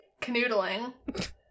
canoodling